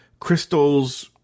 Crystal's